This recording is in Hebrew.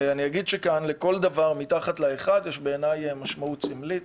לכל דבר מתחת ל-1 יש בעיניי משמעות סמלית.